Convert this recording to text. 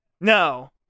No